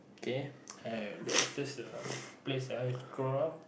K I I that that's the place where I've grow up